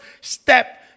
step